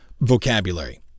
vocabulary